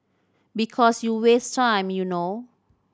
because you waste time you know